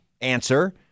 answer